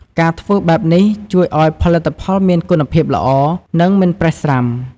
ការធ្វើបែបនេះជួយឱ្យផលិតផលមានគុណភាពល្អ និងមិនប្រេះស្រាំ។